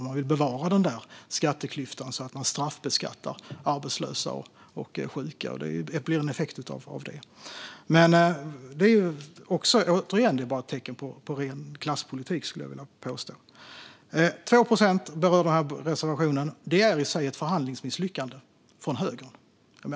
Man vill alltså bevara skatteklyftan och straffbeskatta arbetslösa och sjuka. Jag vill påstå att det är ett tecken på ren klasspolitik. Reservationen rör 2 procent. Det är i sig ett rejält förhandlingsmisslyckande för högern.